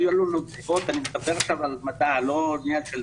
אני מדבר עכשיו על מדע, לא עניין של